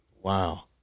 Wow